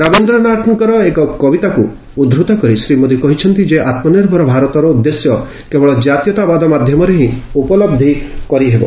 ରବିନ୍ଦ୍ରନାଥଙ୍କର ଏକ କବିତାକୁ ଉଧୂତ କରି ଶ୍ରୀ ମୋଦୀ କହିଛନ୍ତି ଯେ ଆତ୍ମ ନିର୍ଭର ଭାରତର ଉଦ୍ଦେଶ୍ୟ କେବଳ ଜାତୀୟତାବାଦ ମାଧ୍ୟମରେ ହିଁ ଉପଲବ୍ଧି କରିହେବ